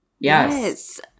Yes